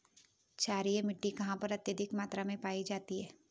क्षारीय मिट्टी कहां पर अत्यधिक मात्रा में पाई जाती है?